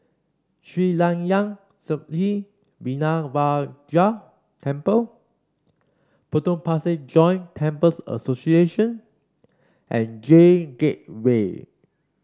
Sri Layan Sithi Vinayagar Temple Potong Pasir Joint Temples Association and J Gateway